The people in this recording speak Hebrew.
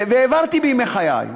והעברתי בימי חיי,